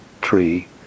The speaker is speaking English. tree